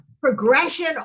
Progression